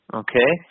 okay